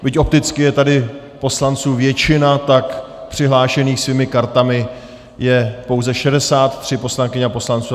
Byť opticky je tady poslanců většina, tak přihlášených svými kartami je pouze 63 poslankyň a poslanců.